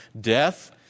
death